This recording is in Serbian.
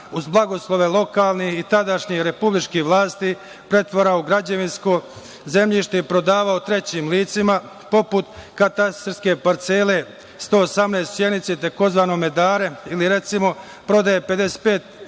uz blagoslove lokalnih i tadašnjih republičkih vlasti pretvarao u građevinsko zemljište i prodavao trećim licima, poput katastarske parcele 118 u Sjenici, tzv. Medare, ili, recimo, prodaje 55 hektara